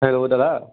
hello দাদা